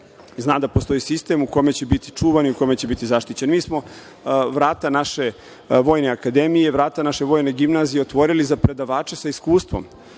Zna da postoji sistem u kome će biti čuvani, u kome će biti zaštićeni. Mi smo vrata naše Vojne akademije i vrata naše Vojne gimnazije otvorili za predavače sa iskustvom,